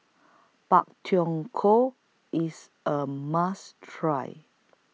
Pak Thong Ko IS A must Try